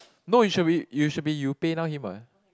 no it should be you should be you PayNow him what